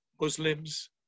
Muslims